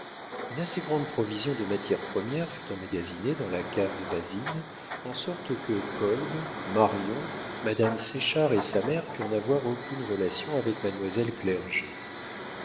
une assez grande provision de matières premières fut emmagasinée dans la cave de basine en sorte que kolb marion madame séchard et sa mère purent n'avoir aucune relation avec mademoiselle clerget